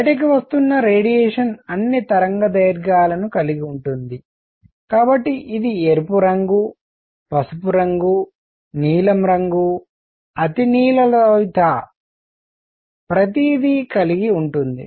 బయటకు వస్తున్న రేడియేషన్ అన్ని తరంగదైర్ఘ్యాలను కలిగి ఉంటుంది కాబట్టి ఇది ఎరుపు రంగు పసుపు రంగు నీలం రంగు అతినీలలోహిత ప్రతిదీ కలిగి ఉంటుంది